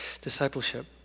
discipleship